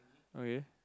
okay